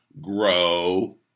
Grow